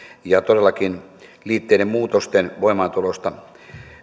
ja liitteiden muutosten voimaantulosta